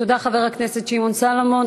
תודה, חבר הכנסת שמעון סולומון.